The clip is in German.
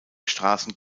straßen